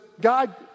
God